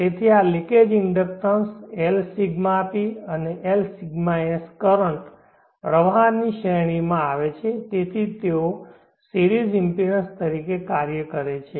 તેથી આ leakage inductance Lσp અને Lσs કરંટ પ્રવાહની શ્રેણીમાં આવે છે અને તેથી તેઓ સિરિઝ ઇમ્પિડન્સ તરીકે કાર્ય કરે છે